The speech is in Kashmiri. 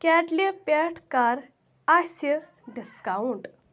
کٮ۪ٹلہِ پٮ۪ٹھ کَر آسہِ ڈِسکاوُنٛٹ